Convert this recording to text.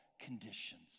conditions